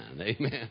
Amen